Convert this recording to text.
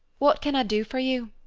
what can i do for you?